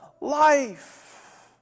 life